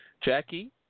Jackie